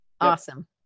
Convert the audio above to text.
Awesome